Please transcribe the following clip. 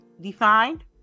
defined